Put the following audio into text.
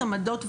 עמדות,